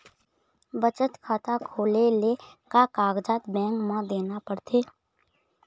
बचत खाता खोले ले का कागजात बैंक म देना पड़थे?